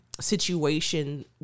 situation